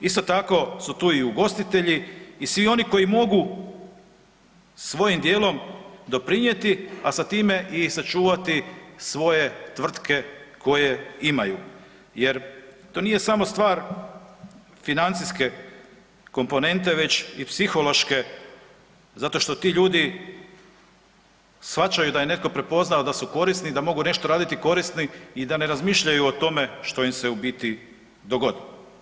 Isto tako su tu i ugostitelji i svi oni koji mogu svojim dijelom doprinijeti, a sa time i sačuvati svoje tvrtke koje imaju jer to nije samo stvar financijske komponente već i psihološke zato što ti ljudi shvaćaju da je netko prepoznao da su korisni i da mogu nešto raditi korisno i da ne razmišljaju o tome što im se u biti dogodilo.